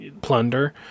Plunder